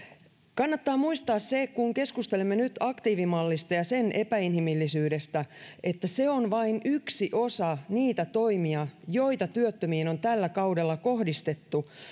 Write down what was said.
kannattaa muistaa se kun keskustelemme nyt aktiivimallista ja sen epäinhimillisyydestä että se on vain yksi osa niitä toimia joita työttömiin on tällä kaudella kohdistettu